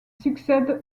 succède